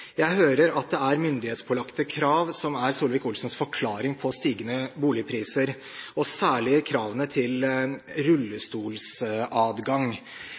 Jeg hører at Solvik-Olsens forklaring på stigende boligpriser er myndighetspålagte krav, særlig kravene til